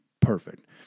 Perfect